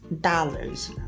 dollars